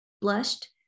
Blushed